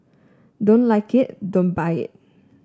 don't like it don't buy it